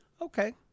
Okay